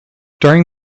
during